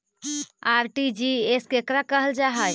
RTGS केकरा कहल जा है?